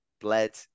bled